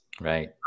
Right